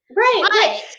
Right